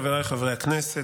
חבריי חברי הכנסת,